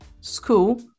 school